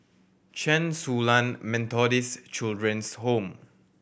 Chen Su Lan Methodist Children's Home